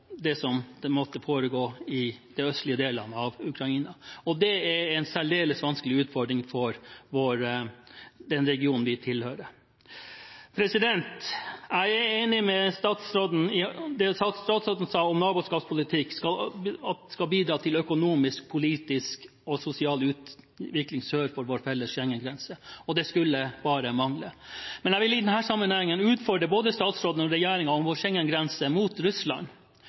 det som foregår i de østlige delene av Ukraina. Dette er en særdeles vanskelig utfordring for den regionen vi tilhører. Jeg er enig med det statsråden sa om at naboskapspolitikk skal bidra til økonomisk, politisk og sosial utvikling sør for vår felles Schengen-grense, og det skulle bare mangle, men jeg vil i denne sammenhengen utfordre både statsråden og regjeringen når det gjelder vår Schengen-grense mot Russland.